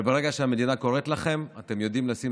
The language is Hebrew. ברגע שהמדינה קוראת לכם אתם יודעים לשים